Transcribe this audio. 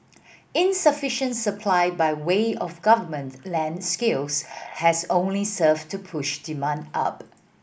insufficient supply by way of government land skills has only served to push demand up